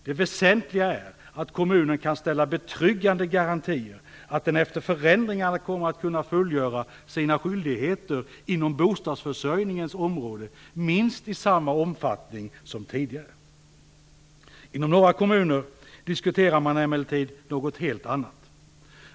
Det väsentliga är att kommunen kan ställa betryggande garantier att den efter förändringarna kommer att kunna fullgöra sina skyldigheter inom bostadsförsörjningens område minst i samma omfattning som tidigare. Inom några kommuner diskuterar man emellertid något helt annat.